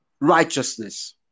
righteousness